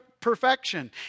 perfection